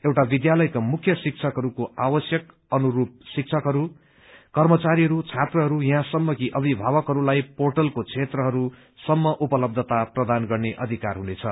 एउटा विध्यालयका मुख्य शिक्षकहरूको आवश्यक अनुरूप शिक्षकहरू कर्मचारीहरू छात्रहरू यहाँ सम्म कि अभिभावकहरूलाई पोटलको क्षेत्रहरूसम्म उपलब्धता प्रदान गर्ने अधिकार हुनेछ